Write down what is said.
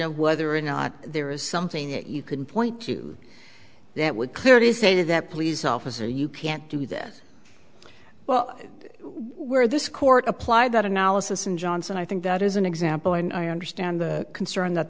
of whether or not there is something that you can point to that would clearly say that police officer you can't do that well where this court applied that analysis and johnson i think that is an example and i understand the concern that